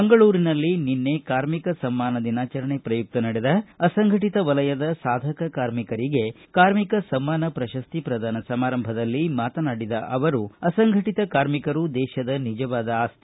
ಮಂಗಳೂರಿನಲ್ಲಿ ನಿನ್ನೆ ಕಾರ್ಮಿಕ ಸಮ್ಮಾನ ದಿನಾಚರಣೆಯ ಪ್ರಯುಕ್ತ ನಡೆದ ಅಸಂಘಟಿತ ವಲಯದ ಸಾಧಕ ಕಾರ್ಮಿಕರಿಗೆ ಕಾರ್ಮಿಕ ಸಮ್ಮಾನ ಪ್ರಶಸ್ತಿ ಪ್ರದಾನ ಸಮಾರಂಭದಲ್ಲಿ ಮಾತನಾಡಿದ ಅವರು ಅಸಂಘಟತ ಕಾರ್ಮಿಕರು ದೇತದ ನಿಜವಾದ ಆಸ್ತಿ